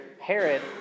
Herod